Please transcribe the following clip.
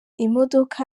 imodoka